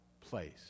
place